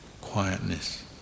quietness